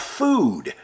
food